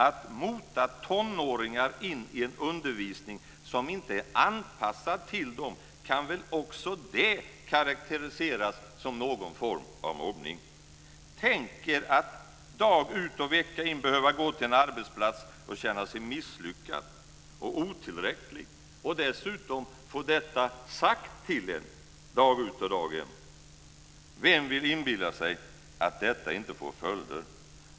Att mota tonåringar in i en undervisning som inte är anpassad till dem kan väl också det karakteriseras som någon form av mobbning. Tänker er att dag ut och vecka in behöva gå till en arbetsplats och känna sig misslyckad och otillräcklig, och dessutom få detta sagt till sig dag ut och dag in. Vem vill inbilla sig att detta inte får följder?